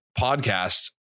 podcast